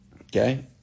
Okay